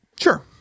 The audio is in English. sure